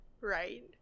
right